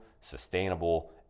sustainable